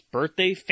Birthday